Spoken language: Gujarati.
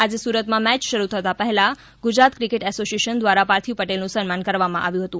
આજે સુરતમાં મેચ શરૂ થતા પહેલા ગુજરાત ક્રિકેટ એસોસિએશન દ્વારા પાર્થિવ પટેલનું સન્માન કરવામાં આવ્યુ હતું